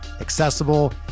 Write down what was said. accessible